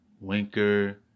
Winker